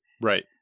Right